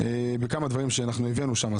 בכמה דברים שאנחנו הבאנו שם.